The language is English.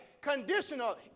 Conditional